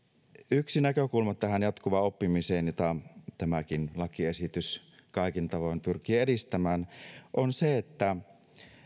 yksi näkökulma tähän jatkuvaan oppimiseen jota tämäkin lakiesitys kaikin tavoin pyrkii edistämään on se että